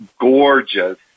gorgeous